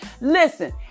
Listen